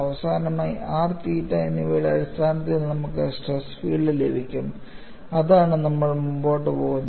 അവസാനമായി r തീറ്റ എന്നിവയുടെ അടിസ്ഥാനത്തിൽ നമുക്ക് സ്ട്രെസ് ഫീൽഡ് ലഭിക്കും അതാണ് നമ്മൾ മുന്നോട്ട് പോകുന്നത്